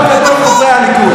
רוב גדול מחברי הליכוד.